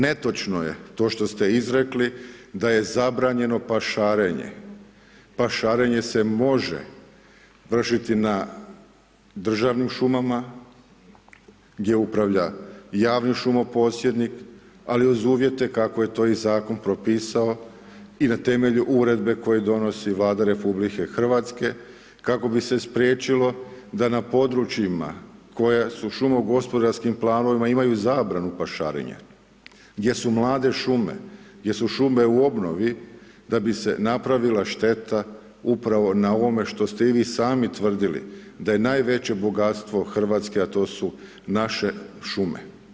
Netočno je to što ste izrekli da je zabranjeno pašarenje, pašarenje se može vršiti na državnim šumama gdje upravlja javni šumoposjednik, ali uz uvijete kako je to i Zakon propisao, i na temelju Uredbe koje donosi Vlada Republike Hrvatske kako bi se spriječilo da na područjima koja su šumogospodarskim planovima, imaju zabranu pašaranja, gdje su mlade šume, gdje su šume u obnovi, da bi se napravila šteta upravo na ovome što ste i vi sami tvrdili, da je najveće bogatstvo Hrvatske, a to su naše šume.